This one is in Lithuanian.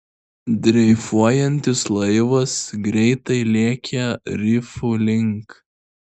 dreifuojantis laivas greitai lėkė rifų link